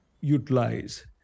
utilize